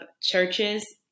churches